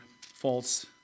false